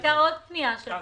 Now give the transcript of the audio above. גם